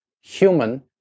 Human